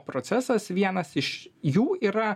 procesas vienas iš jų yra